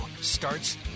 starts